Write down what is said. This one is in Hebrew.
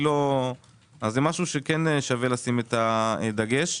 זה דבר ששווה לשים עליו דגש.